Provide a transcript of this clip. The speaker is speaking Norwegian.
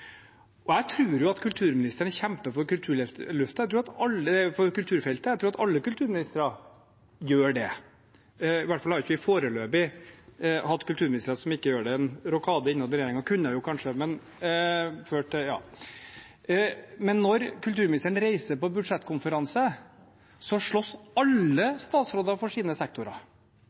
områder. Jeg tror at kulturministeren kjemper for kulturfeltet. Jeg tror at alle kulturministre gjør det, i hvert fall har vi ikke foreløpig hatt en kulturminister som ikke gjør det. En rokade innad i regjeringen kunne kanskje ført til det. Når kulturministeren reiser på budsjettkonferanse, slåss alle statsråder for sine sektorer.